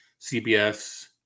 CBS